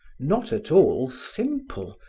not at all simple,